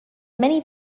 many